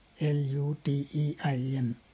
L-U-T-E-I-N